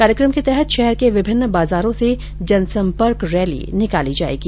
कार्यक्रम के तहत शहर के विभिन्न बाजारों से जनसंपर्क रैली निकाली जाएगी